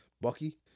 Bucky